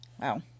wow